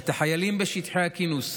את החיילים בשטחי הכינוס.